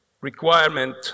requirement